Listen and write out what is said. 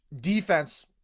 defense